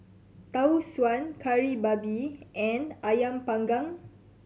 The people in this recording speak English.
Tau Suan Kari Babi and Ayam Panggang